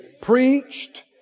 Preached